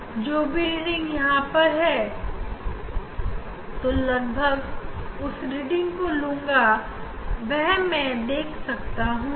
हमारी जो भी रीडिंग आई है उसमें मैं 45 डिग्री और घूमा रहा हूं